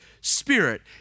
spirit